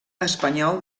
espanyol